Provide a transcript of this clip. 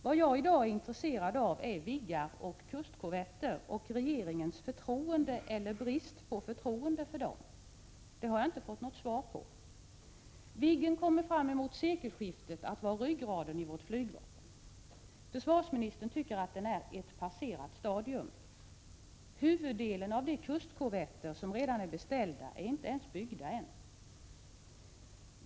Vad jag i dag är intresserad av är Viggar och kustkorvetter samt regeringens förtroende eller brist på förtroende för dessa. På den punkten har jag inte fått något svar. Framemot sekelskiftet kommer Viggen att vara ryggraden i vårt flygvapen. Försvarsministern tycker att Viggen är ”ett passerat stadium”. Dessutom är huvuddelen av de kustkorvetter som redan beställts inte ens byggda ännu.